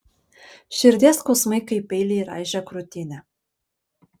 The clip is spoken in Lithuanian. širdies skausmai kaip peiliai raižė krūtinę